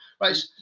Right